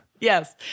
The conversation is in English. Yes